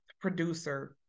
producer